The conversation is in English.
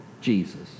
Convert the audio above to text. Jesus